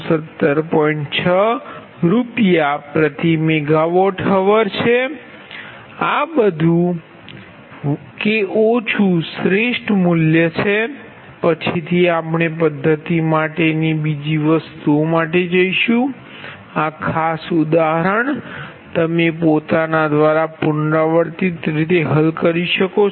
6RsMwhr છે આ વધુ કે ઓછું શ્રેષ્ઠ મૂલ્ય છે પછીથી આપણે પદ્ધતિ માટે ની બીજી વસ્તુ માટે જઈશું આ ખાસ ઉદાહરણ તમે પોતાના દ્વારા પુનરાવર્તિત રીતે હલ કરી શકો છો